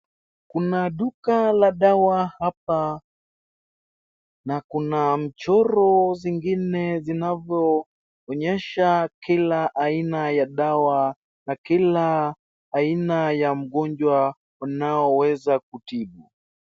Kuna duka la dawa hapa na kuna mchoro zingine vinavyoonyesha kila aina ya dawa na kila aina ya mgonjwa wanaoweza kutibu.